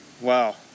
wow